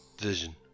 vision